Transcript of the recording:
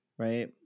Right